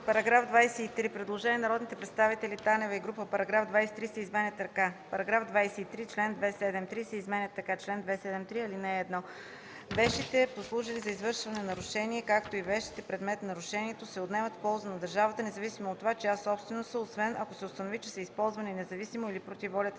По § 23 – предложение на народните представители Танева и Караянчева: „Параграф 23 се изменя така: „§ 23. Член 273 се изменя така: „Чл. 273. (1) Вещите, послужили за извършване на нарушение, както и вещите – предмет на нарушението, се отнемат в полза на държавата, независимо от това чия собственост са, освен ако се установи, че са използвани независимо или против волята